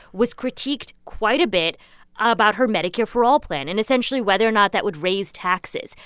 was critiqued quite a bit about her medicare for all plan and essentially whether or not that would raise taxes.